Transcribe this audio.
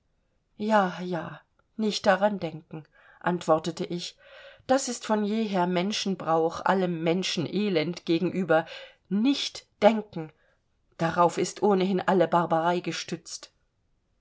ja ja nicht daran denken antwortete ich das ist von jeher menschenbrauch allem menschenelend gegenüber nicht denken darauf ist ohnehin alle barbarei gestützt